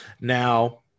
Now